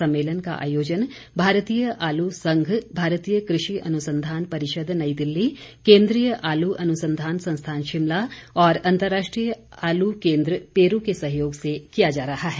सम्मेलन का आयोजन भारतीय आलू संघ भारतीय कृषि अनुसंधान परिषद नई दिल्ली केंद्रीय आलू अनुसंधान संस्थान शिमला और अंतर्राष्ट्रीय आलू केंद्र पेरू के सहयोग से किया जा रहा है